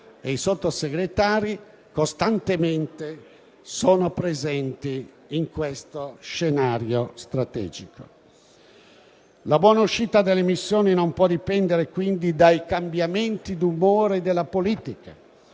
i Sottosegretari che sono costantemente presenti in questo scenario strategico. La buona riuscita delle missioni non può dipendere dai cambiamenti di umore della politica.